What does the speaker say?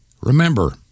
Remember